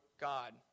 God